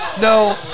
No